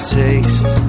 taste